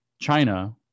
China